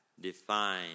define